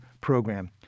program